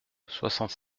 soixante